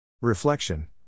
Reflection